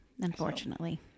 unfortunately